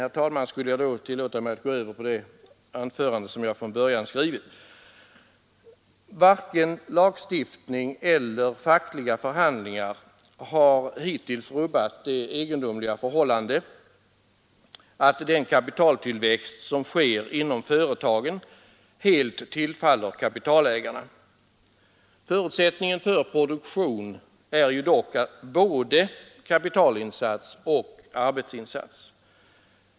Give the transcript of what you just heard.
Jag tillåter mig sedan, herr talman, att gå över till det anförande jag från början skrivit. Varken lagstiftning eller fackliga förhandlingar har hittills rubbat det egendomliga förhållandet att den kapitaltillväxt som sker inom företagen helt tillfaller kapitalägarna. Förutsättning för produktion är ju dock både kapitalinsats och arbetsinsats.